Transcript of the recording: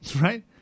right